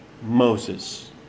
Moses